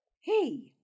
Hey